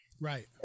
Right